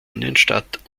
innenstadt